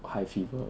high fever